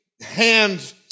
hands